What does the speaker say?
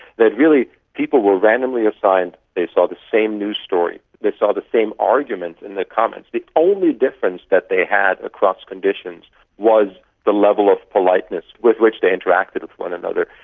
that really people were randomly assigned, they saw the same news story, they saw the same arguments in the comments. the only difference that they had across conditions was the level of politeness with which they interacted with one another,